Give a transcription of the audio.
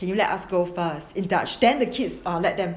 can you let us go first then the kids let them